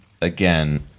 again